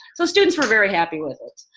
so students were very happy with it.